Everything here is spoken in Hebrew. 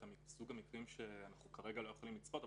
סוג המקרים שאנחנו כרגע לא יכולים לצפות,